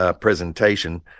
presentation